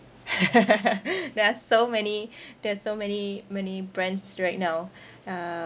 there are so many there's so many many brands right now um